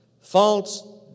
false